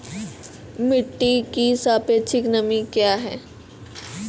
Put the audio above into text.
मिटी की सापेक्षिक नमी कया हैं?